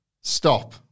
Stop